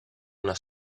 una